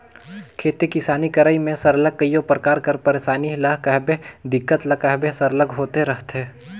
खेती किसानी करई में सरलग कइयो परकार कर पइरसानी ल कहबे दिक्कत ल कहबे सरलग होते रहथे